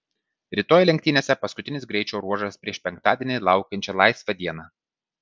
rytoj lenktynėse paskutinis greičio ruožas prieš penktadienį laukiančią laisvą dieną